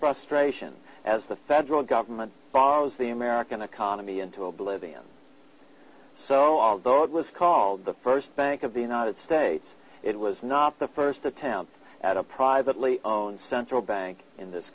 prostration as the federal government follows the american economy into oblivion so although it was called the first bank of the united states it was not the first attempt at a privately owned central bank in this